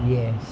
yes